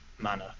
manner